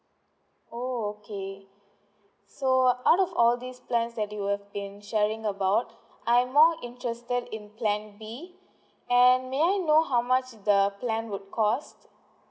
oh okay so out of all these plans that you have been sharing about I'm more interested in plan B and may I know how much the plan would costs